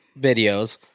videos